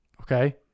Okay